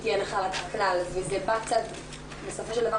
לא כל כך רציתי שהיא תהיה נחלת הכלל וזה בא בסופו של דבר